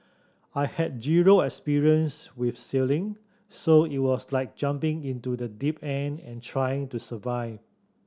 I had zero experience with sailing so it was like jumping into the deep end and trying to survive